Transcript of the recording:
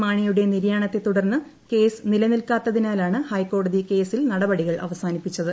മാണിയുടെ നിര്യാണത്തെ തുടർന്ന് കേസ് നിലനിൽക്കാത്തതിനാലാണ് ഹൈക്കോടതി കേസിൽ നടപടികൾ അവസാനിപ്പിച്ചത്